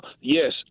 Yes